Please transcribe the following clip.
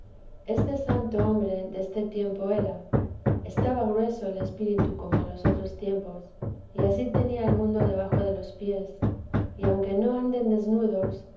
este santo hombre deste tiempo era estaba grueso el espíritu como en los otros tiempos y ansí tenía el mundo debajo de los pies que aunque no anden desnudos